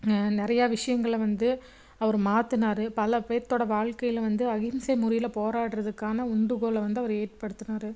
நிறையா விஷயங்கள வந்து அவரு மாத்துனாரு பல பேர்த்தோடய வாழ்க்கையில் வந்து அகிம்சை முறையில் போராடுகிறதுக்கான உண்டுகோலை வந்து அவரு ஏற்படுத்துனாரு